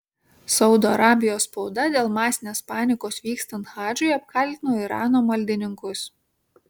saudo arabijos spauda dėl masinės panikos vykstant hadžui apkaltino irano maldininkus